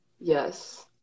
Yes